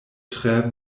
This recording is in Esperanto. tre